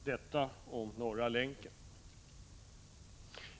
— Detta om Norra Länken.